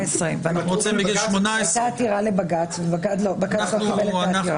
18. הייתה עתירה לבג"ץ ובג"ץ לא קיבל את העתירה.